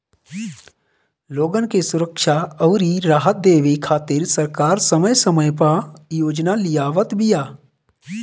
लोगन के सुरक्षा अउरी राहत देवे खातिर सरकार समय समय पअ योजना लियावत बिया